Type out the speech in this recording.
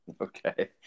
Okay